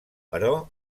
però